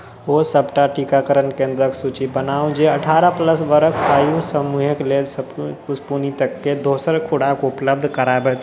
ओ सबटा टीकाकरण केंद्रक सूची बनाउ जे अठारह प्लस बरख आयु समूहक लेल स्पूतनिक कऽ दोसर खुराक उपलब्ध करबैत हो